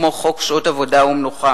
כמו חוק שעות עבודה ומנוחה.